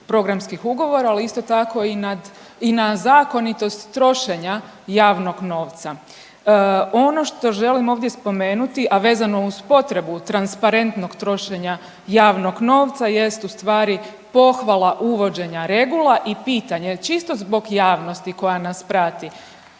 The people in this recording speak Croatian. programskih ugovora, ali isto tako i nad, i na zakonitost trošenja javnog novca. Ono što želim ovdje spomenuti, a vezano uz potrebu transparentnog trošenja javnog novca jest ustvari pohvala uvođenja regula i pitanje čisto zbog javnosti koja nas prati,